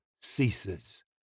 ceases